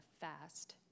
fast